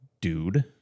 dude